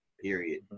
Period